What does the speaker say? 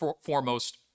foremost